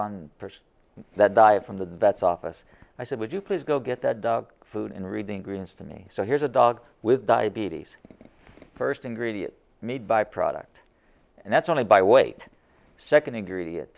on that diet from the vet's office i said would you please go get that dog food in reading greens to me so here's a dog with diabetes first ingredient meat byproduct and that's only by weight second ingredient